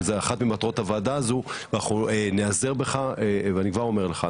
זה אחד ממטרות הוועדה הזו ואנחנו נעזר לך ואני כבר אומר לך,